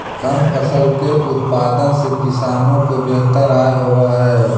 कंद फसल के उत्पादन से किसानों को बेहतर आय होवअ हई